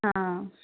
હં